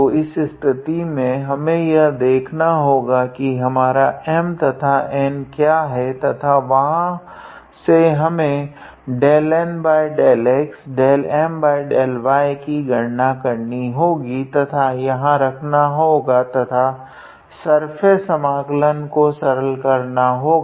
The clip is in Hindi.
तो इस स्थिति में हमें यह देखना होगा की हमारा M तथा N क्या है तथा वहां से हमें 𝜕𝑁𝜕𝑥 𝜕𝑀𝜕𝑦 की गणना करनी होगी तथा यहाँ रखना होगा तथा सर्फेस समाकलन को सरल करना होगा